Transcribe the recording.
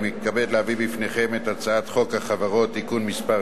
אני מתכבד להביא בפניכם את הצעת חוק החברות (תיקון מס'